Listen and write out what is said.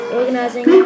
organizing